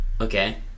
Okay